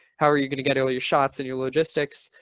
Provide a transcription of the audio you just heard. how are you going to get all your shots and your logistics.